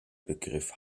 begriff